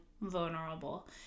vulnerable